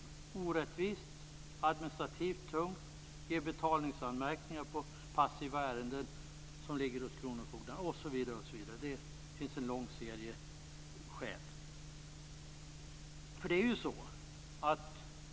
Det är orättvist och administrativt tungt, det ger betalningsanmärkningar i passiva ärenden som ligger hos kronofogden osv. Det finns en lång serie skäl.